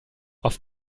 auf